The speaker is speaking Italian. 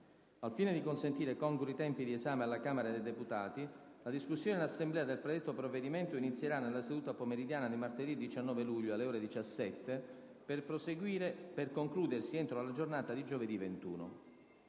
Al fine di consentire congrui tempi di esame alla Camera dei deputati, la discussione in Assemblea del predetto provvedimento inizierà nella seduta pomeridiana di martedì 19 luglio, alle ore 17, per concludersi entro la giornata di giovedì 21.